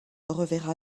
reverra